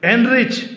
Enrich